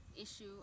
issue